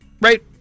right